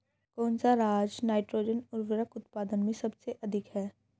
कौन सा राज नाइट्रोजन उर्वरक उत्पादन में सबसे अधिक है?